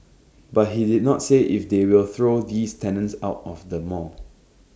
but he did not say if they will throw these tenants out of the mall